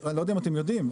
אני לא יודע אם אתם יודעים,